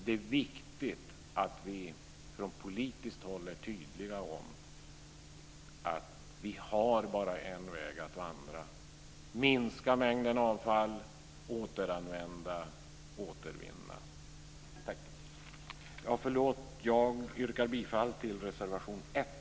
Det är viktigt att vi från politiskt håll är tydliga när det gäller att tala om att vi bara har en väg att vandra: minska mängden avfall, återanvända, återvinna. Jag yrkar bifall till reservation 1.